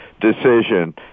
decision